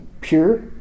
pure